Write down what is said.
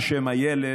מה שם הילד?